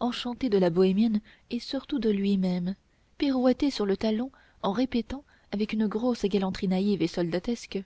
enchanté de la bohémienne et surtout de lui-même pirouetter sur le talon en répétant avec une grosse galanterie naïve et soldatesque